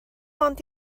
ond